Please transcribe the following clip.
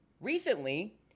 recently